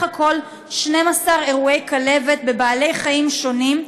הכול 12 אירועי כלבת בבעלי חיים שונים,